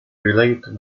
relate